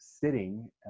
sitting